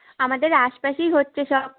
আমাদের আশপাশেই হচ্চে সব